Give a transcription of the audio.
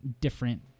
different